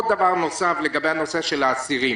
דבר נוסף בנושא של האסירים